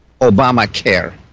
Obamacare